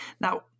Now